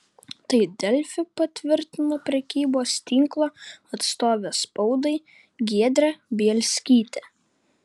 tai delfi patvirtino prekybos tinklo atstovė spaudai giedrė bielskytė